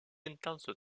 intense